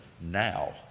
now